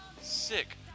sick